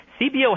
CBO